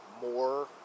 more